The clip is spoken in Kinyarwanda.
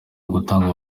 ugutanga